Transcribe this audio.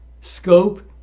scope